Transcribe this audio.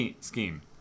scheme